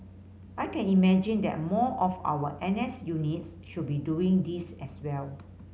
I can imagine that more of our N S units should be doing this as well